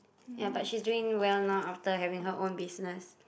ya but she's doing well now after having her own business